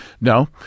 No